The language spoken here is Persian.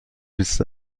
بیست